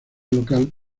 local